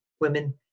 women